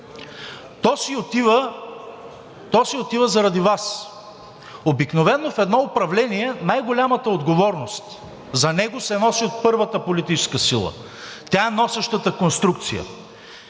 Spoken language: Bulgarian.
То си отива заради Вас. Обикновено в едно управление най-голямата отговорност за него се носи от първата политическа сила – тя е носещата конструкция,